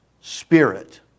Spirit